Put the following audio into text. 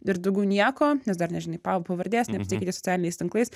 ir daugiau nieko nes dar nežinai pa pavardės neapsikeitei socialiniais tinklais